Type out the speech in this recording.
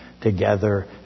together